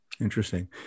Interesting